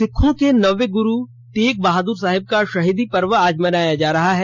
सिखों के नौवे ग्रु तेग बहाद्र साहिब का शहीदी पर्व आज मनाया जा रहा है